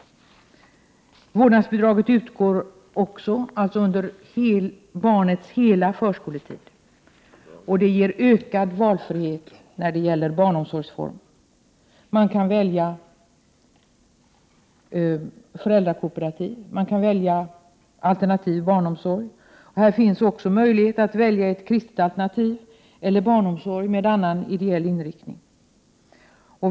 Vårdnadsbidraget utgår under barnets hela förskoletid och ger ökad valfrihet när det gäller barnomsorgsformen. Man kan välja föräldrakooperativ. Man kan välja alternativ barnomsorg, och här finns också möjlighet att välja ett kristet alternativ eller barnomsorg med annan ideell inriktning.